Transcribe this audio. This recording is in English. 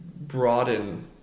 broaden